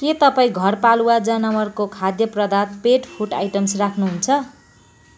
के तपाईँ घरपालुवा जानवरको खाद्य पदार्थ पेट फूड आइटम्स् राख्नुहुन्छ